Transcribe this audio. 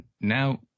now